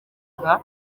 nka